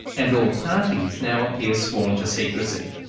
and all parties now appear sworn to secrecy.